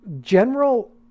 general